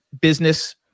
business